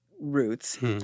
roots –